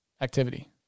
activity